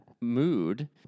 mood